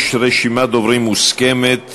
יש רשימת דוברים מוסכמת